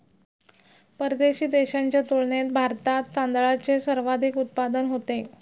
परदेशी देशांच्या तुलनेत भारतात तांदळाचे सर्वाधिक उत्पादन होते